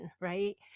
right